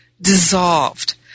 dissolved